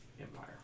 Empire